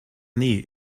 nee